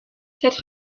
cette